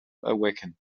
awaken